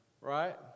Right